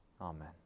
Amen